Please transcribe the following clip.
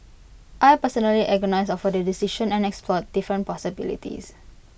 I personally agonised over the decision and explored different possibilities